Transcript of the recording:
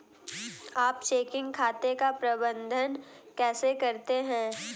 आप चेकिंग खाते का प्रबंधन कैसे करते हैं?